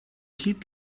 heat